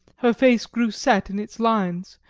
her face grew set in its lines,